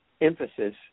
emphasis